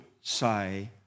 say